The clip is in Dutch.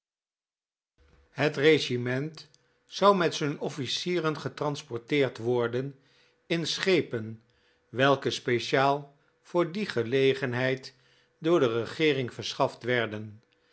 jj n fh c i eren getransporteerd worden in schepen welke p speciaal voor die gelegenheid door de regeering verschaft werden